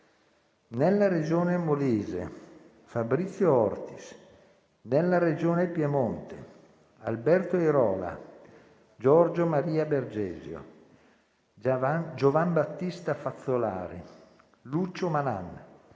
nella Regione Molise: Fabrizio Ortis; nella Regione Piemonte: Alberto Airola, Giorgio Maria Bergesio, Giovanbattista Fazzolari, Lucio Malan,